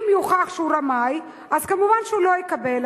אם יוכח שהוא רמאי, מובן שהוא לא יקבל.